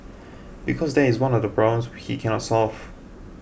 because that is one of the problems he can not solve